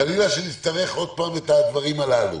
חלילה שנצטרך עוד פעם את הדברים האלה.